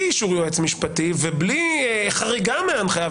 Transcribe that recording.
אישור יועץ משפטי ובלי חריגה מההנחיה,